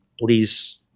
Please